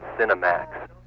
Cinemax